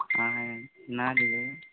आं नाल ले